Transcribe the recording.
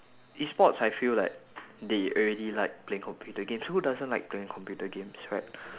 E sports I feel like they already like playing computer games who doesn't like playing computer games right